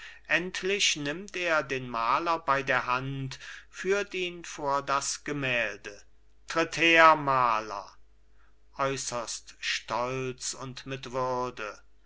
endlich nimmt er den maler bei der hand führt ihn vor das gemälde tritt her maler äußerst stolz und mit würde